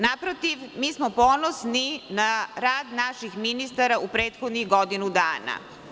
Naprotiv, mi smo ponosni na rad naših ministara u prethodnih godinu dana.